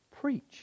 preach